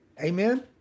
Amen